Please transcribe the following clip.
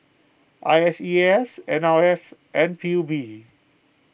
I S E A S N R F and P U B